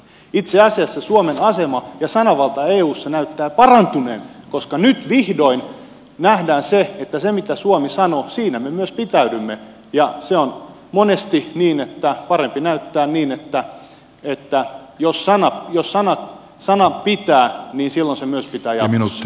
itse asiassa suomen asema ja sananvalta eussa näyttävät parantuneen koska nyt vihdoin nähdään se että siinä mitä suomi sanoo me myös pitäydymme ja monesti on niin että on parempi näyttää että jos sana pitää niin silloin se myös pitää jatkossa